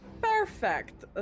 Perfect